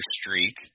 streak